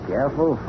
Careful